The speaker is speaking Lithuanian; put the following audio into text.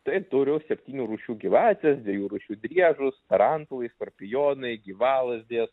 taip turiu septynių rūšių gyvates dviejų rūšių driežus tarantulai skorpionai gyvalazdės